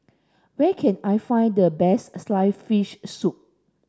where can I find the best sliced fish soup